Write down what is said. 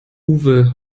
uwe